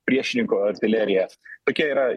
priešininko artileriją tokia yra